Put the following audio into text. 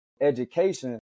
education